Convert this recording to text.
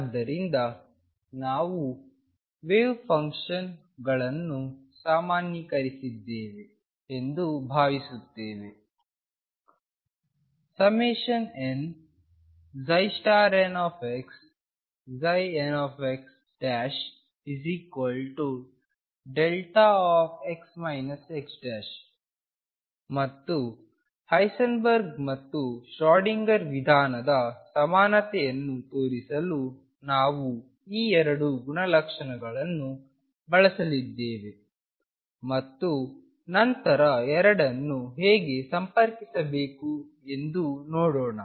ಆದ್ದರಿಂದ ನಾವು ವೇವ್ ಫಂಕ್ಷನ್ಗಳನ್ನು ಸಾಮಾನ್ಯೀಕರಿಸಿದ್ದೇವೆ ಎಂದು ಭಾವಿಸುತ್ತೇವೆ nnxnxδx x ಮತ್ತು ಹೈಸೆನ್ಬರ್ಗ್ ಮತ್ತು ಶ್ರೋಡಿಂಗರ್ ವಿಧಾನದ ಸಮಾನತೆಯನ್ನು ತೋರಿಸಲು ನಾವು ಈ 2 ಗುಣಲಕ್ಷಣಗಳನ್ನು ಬಳಸಲಿದ್ದೇವೆ ಮತ್ತು ನಂತರ ಎರಡನ್ನು ಹೇಗೆ ಸಂಪರ್ಕಿಸಬೇಕು ಎಂದು ನೋಡೋಣ